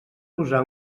posar